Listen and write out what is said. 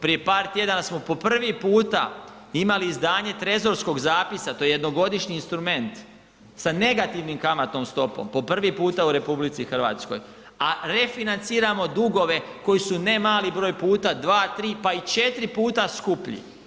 Prije par tjedana smo po prvi puta imali izdanje trezorskog zapisa, to je jednogodišnji instrument sa negativnom kamatnom stopom, po prvi puta u RH, a refinanciramo dugove koji su nemali broj puta, 2, 3, pa i 4 puta skuplji.